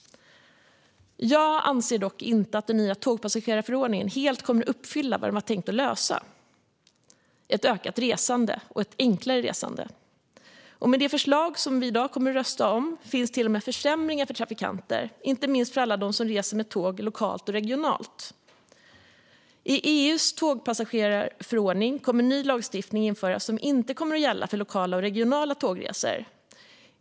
Jag anser dock inte att den nya tågpassagerarförordningen helt kommer att uppfylla vad den var tänkt att lösa - ett ökat och enklare resande. Med det förslag som vi kommer att rösta om i dag finns till och med försämringar för trafikanter, inte minst för alla dem som reser med tåg lokalt och regionalt. I EU:s tågpassagerarförordning kommer ny lagstiftning att införas som inte kommer att gälla för lokala och regionala tågresor.